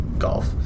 golf